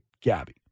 Gabby